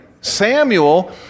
Samuel